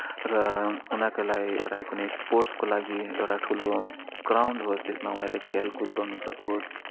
र उनीहरूको लागि एउटा कुनै स्पोर्टसको लागि एउटा ठुलो ग्राउन्ड होस् त्यसमा उनीहरूले खेलकुद गर्न सकोस्